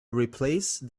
replace